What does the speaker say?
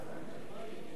אלא שהיום,